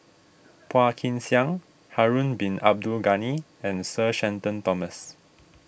Phua Kin Siang Harun Bin Abdul Ghani and Sir Shenton Thomas